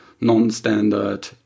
non-standard